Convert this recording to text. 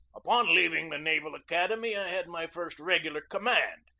upon leaving the naval academy i had my first regular command,